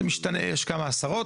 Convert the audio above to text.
משתנה, יש כמה עשרות.